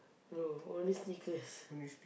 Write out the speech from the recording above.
no only Snickers